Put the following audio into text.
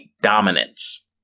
dominance